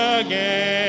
again